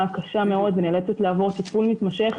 קשה מאוד ונאלצת לעבור טיפול מתמשך.